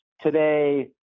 today